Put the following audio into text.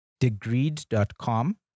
degreed.com